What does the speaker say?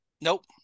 nope